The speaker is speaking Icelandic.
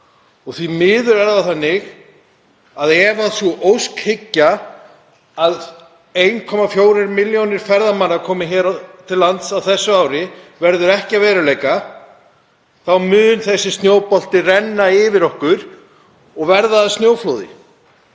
og því miður er það þannig að ef sú óskhyggja að 1,4 milljónir ferðamanna komi hingað til lands á þessu ári verður ekki að veruleika þá mun þessi snjóbolti rúlla yfir okkur og verða snjóflóði.